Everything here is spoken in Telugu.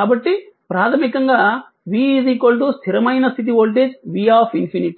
కాబట్టి ప్రాథమికంగా v స్థిరమైన స్థితి వోల్టేజ్ v∞